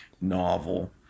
novel